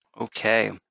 Okay